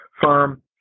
firm